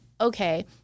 okay